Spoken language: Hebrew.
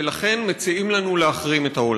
ולכן מציעים לנו להחרים את העולם.